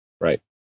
right